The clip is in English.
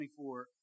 24